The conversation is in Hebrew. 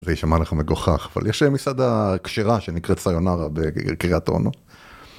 זה יישמע לך מגוחך אבל יש מסעדה כשרה שנקראת סיונרה בקרית אונו.